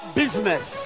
business